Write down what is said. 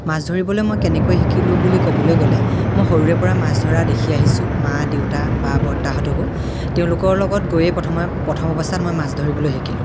মাছ ধৰিবলৈ মই কেনেকৈ শিকিলোঁ বুলি ক'বলে গ'লে মই সৰুৰে পৰা মাছ ধৰা দেখি আহিছোঁ মা দেউতা বা বৰতাহঁতকো তেওঁলোকৰ লগত গৈয়ে প্ৰথমে প্ৰথম অৱস্থাত মাছ ধৰিবলৈ শিকিলোঁ